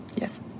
Yes